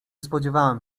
spodziewałam